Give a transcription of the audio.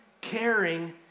Caring